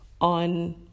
on